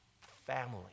family